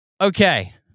Okay